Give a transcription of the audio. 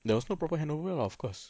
there was no proper handover lah of course